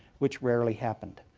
which rarely happened.